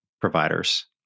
providers